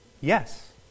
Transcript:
Yes